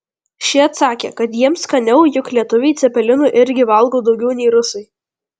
ši atsakė kad jiems skaniau juk lietuviai cepelinų irgi valgo daugiau nei rusai